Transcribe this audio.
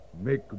make